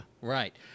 Right